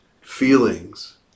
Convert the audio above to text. feelings